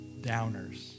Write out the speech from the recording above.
downers